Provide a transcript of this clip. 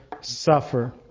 suffer